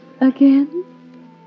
Again